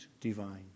divine